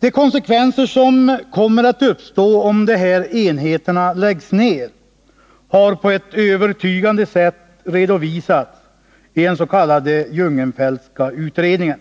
De konsekvenser som kommer att uppstå om de här enheterna läggs ner har på ett övertygande sätt redovisats i den s.k. Jungenfeltska utredningen.